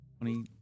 twenty